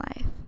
life